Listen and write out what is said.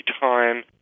time